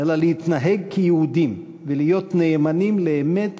אלא להתנהג כיהודים ולהיות נאמנים לאמת